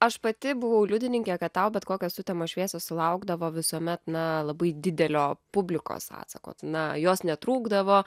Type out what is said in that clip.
aš pati buvau liudininkė kad tau bet kokios sutemos šviesos sulaukdavo visuomet na labai didelio publikos atsako na jos netrūkdavo